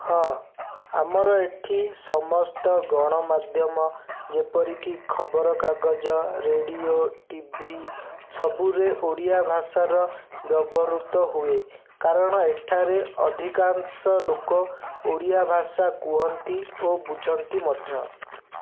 ହଁ ଆମର ଏଠି ସମସ୍ତ ଗଣମାଧ୍ୟମ ଯେପରି କି ଖବରକାଗଜ ରେଡ଼ିଓ ଟି ଭି ସବୁରେ ଓଡ଼ିଆ ଭାଷାର ବ୍ୟବହୃତ ହୁଏ କାରଣ ଏଠାରେ ଅଧିକାଂଶ ଲୋକ ଓଡ଼ିଆ ଭାଷା କୁହନ୍ତି ଓ ବୁଝନ୍ତି ମଧ୍ୟ